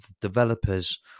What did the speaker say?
developers